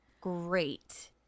great